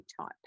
type